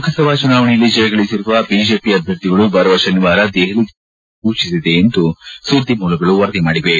ಲೋಕಸಭಾ ಚುನಾವಣೆಯಲ್ಲಿ ಜಯಗಳಿಸಿರುವ ಬಿಜೆಪಿ ಅಭ್ಯರ್ಥಿಗಳು ಬರುವ ಶನಿವಾರ ದೆಹಲಿಗೆ ಆಗಮಿಸುವಂತೆ ಪಕ್ಷ ಸೂಚಿಸಿದೆ ಎಂದು ಸುದ್ದಿ ಮೂಲಗಳು ವರದಿ ಮಾಡಿವೆ